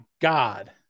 God